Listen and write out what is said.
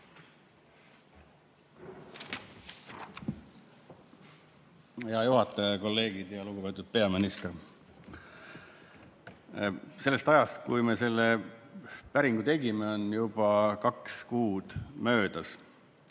Hea juhataja! Head kolleegid! Lugupeetud peaminister! Sellest ajast, kui me selle päringu tegime, on juba kaks kuud möödas.